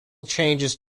changes